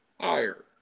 higher